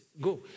go